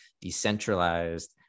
decentralized